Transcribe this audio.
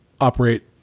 operate